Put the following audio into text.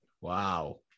Wow